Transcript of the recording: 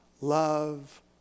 love